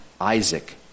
Isaac